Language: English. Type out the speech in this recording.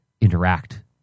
interact